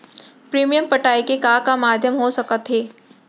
Premium पटाय के का का माधयम हो सकत हे?